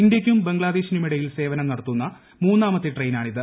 ഇന്ത്യക്കും ബംഗ്ലാദേശിനുമിടയിൽ സേവനം നടത്തുന്ന മൂന്നാമത്തെ ട്രെയിനാണിത്